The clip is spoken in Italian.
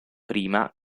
prima